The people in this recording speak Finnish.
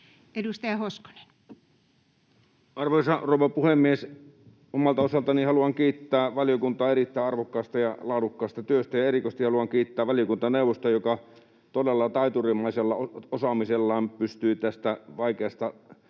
19:46 Content: Arvoisa rouva puhemies! Omalta osaltani haluan kiittää valiokuntaa erittäin arvokkaasta ja laadukkaasta työstä ja erikoisesti haluan kiittää valiokuntaneuvosta, joka todella taiturimaisella osaamisellaan pystyi tästä vaikeasta